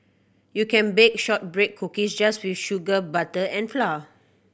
you can bake shortbread cookies just with sugar butter and flour